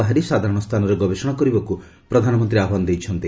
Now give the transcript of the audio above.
ବାହାରି ସାଧାରଣ ସ୍ଥାନରେ ଗବେଷଣା କରିବାକୁ ପ୍ରଧାନମନ୍ତ୍ରୀ ଆହ୍ୱାନ ଦେଇଛନ୍ତି